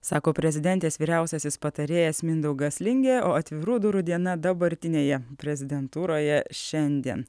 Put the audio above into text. sako prezidentės vyriausiasis patarėjas mindaugas lingė o atvirų durų diena dabartinėje prezidentūroje šiandien